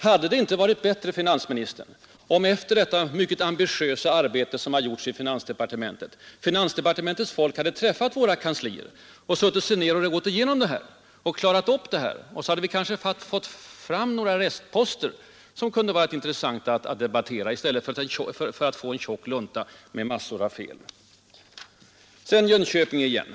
Hade det inte varit bättre, herr finansminister, om efter det ambitiösa arbete som utförts i finansdepartementet finansdeparte mentets folk hade träffat företrädare för våra kanslier och satt sig ned och gått igenom materialet och klarat upp en stor del av frågorna? Då hade vi kanske fått fram några restposter, som kunde ha varit intressanta att debattera, i stället för en tjock lunta med en mängd fel. Sedan vill jag ta upp frågan om Jönköping igen.